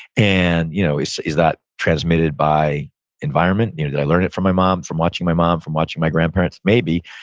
and you know is is that transmitted by environment? you know did i learn it from my mom, from watching my mom, from watching my grandparents? maybe,